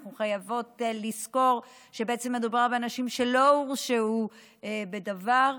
אנחנו חייבות לזכור שבעצם מדובר באנשים שלא הורשעו בדבר.